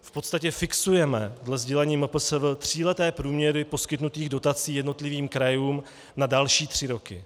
V podstatě fixujeme dle sdělení MPSV tříleté průměry poskytnutých dotací jednotlivým krajům na další tři roky.